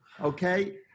okay